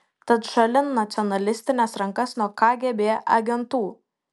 tad šalin nacionalistines rankas nuo kgb agentų